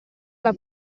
alla